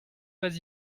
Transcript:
pas